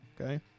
okay